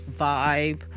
vibe